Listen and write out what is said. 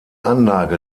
anlage